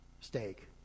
steak